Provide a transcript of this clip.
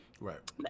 Right